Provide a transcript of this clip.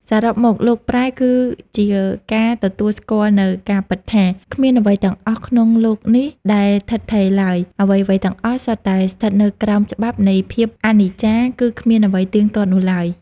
សរុបមក "លោកប្រែ" គឺជាការទទួលស្គាល់នូវការពិតថា គ្មានអ្វីទាំងអស់ក្នុងលោកនេះដែលឋិតថេរឡើយ អ្វីៗទាំងអស់សុទ្ធតែស្ថិតនៅក្រោមច្បាប់នៃភាពអនិច្ចា គឺគ្មានអ្វីទៀងទាត់នោះឡើយ។